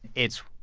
it's,